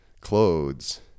clothes